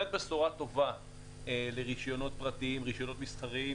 בשורה טובה לרישיונות פרטיים ורישיונות מסחריים,